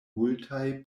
multaj